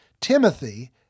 Timothy